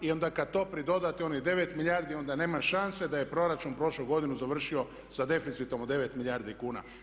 I onda kada to pridodate onih 9 milijardi onda nema šanse da je proračun prošlu godinu završio sa deficitom od 9 milijardi kuna.